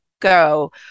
Go